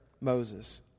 Moses